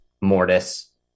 Mortis